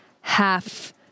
half